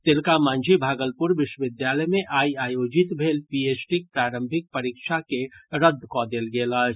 तिलकामांझी भागलपुर विश्वविद्यालय मे आइ आयोजित भेल पीएचडीक प्रारंभिक परीक्षा के रद्द कऽ देल गेल अछि